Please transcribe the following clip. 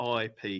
IP